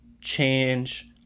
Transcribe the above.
change